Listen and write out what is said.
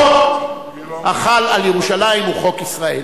החוק החל על ירושלים הוא חוק ישראל,